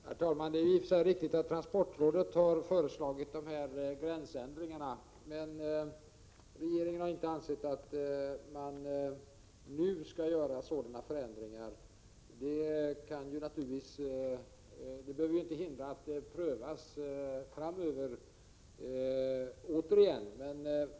Prot. 1987/88:50 Herr talman! Det är i och för sig riktigt att transportrådet har föreslagit — 13 januari 1988 ändringar i gränsdragningen, men regeringen har inte ansett att man nu skall göra sådana förändringar. Det behöver inte hindra att frågan framöver tas 4 konkugmensbe Aase är ; 5 : gränsningarna på teleupp till prövning igen.